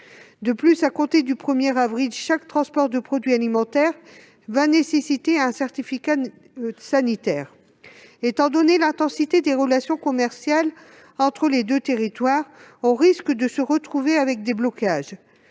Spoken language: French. De plus, à compter du 1 avril, chaque transport de produits alimentaires nécessitera un certificat sanitaire. Étant donné l'intensité des relations commerciales entre les deux territoires, on risque de se retrouver avec des blocages.